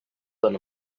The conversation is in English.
than